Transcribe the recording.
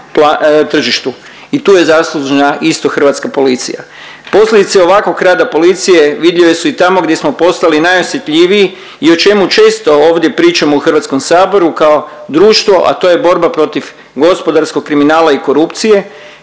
i tu je zaslužna isto hrvatska policija. Posljedice ovakvog rada policije vidljive su i tamo gdje smo postali najosjetljiviji i o čemu često ovdje pričamo u HS-u, kao društvo, a to je borba protiv gospodarskog kriminala i korupcije,